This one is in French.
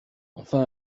enfin